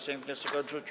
Sejm wniosek odrzucił.